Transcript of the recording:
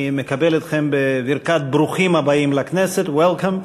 אני מקבל אתכם בברכת ברוכים הבאים לכנסת, Welcome.